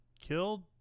killed